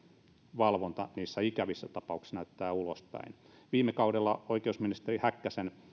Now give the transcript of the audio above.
valvonta niissä ikävissä tapauksissa näyttää ulospäin viime kaudella oikeusministeri häkkäsen